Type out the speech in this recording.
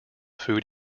food